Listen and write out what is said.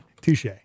Touche